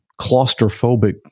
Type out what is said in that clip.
claustrophobic